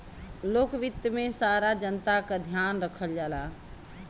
लोक वित्त में सारा जनता क ध्यान रखल जाला